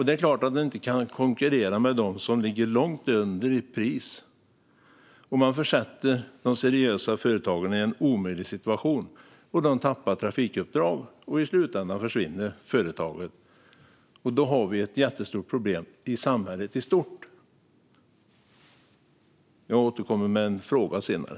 Det är klart att de inte kan konkurrera med dem som ligger långt under i pris. Man försätter alltså de seriösa företagen i en omöjlig situation. De tappar trafikuppdrag, och i slutändan försvinner företagen. Då har vi ett jätteproblem i samhället i stort. Jag återkommer med en fråga senare.